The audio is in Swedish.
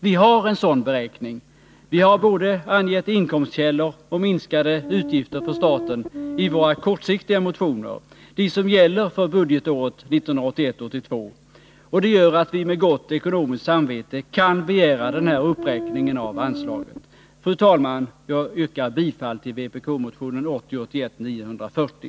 Vi har en sådan beräkning, vi har angett både inkomstkällor och minskade utgifter för staten i våra kortsiktiga motioner — de som gäller för budgetåret 1981 81:940.